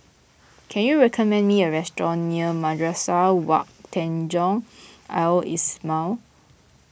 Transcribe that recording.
can you recommend me a restaurant near Madrasah Wak Tanjong Al Islamiah